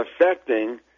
affecting